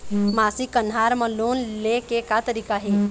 मासिक कन्हार म लोन ले के का तरीका हे?